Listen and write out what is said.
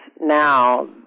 now